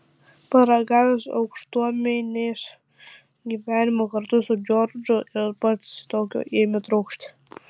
paragavęs aukštuomenės gyvenimo kartu su džordžu ir pats tokio ėmė trokšti